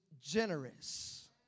generous